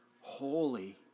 holy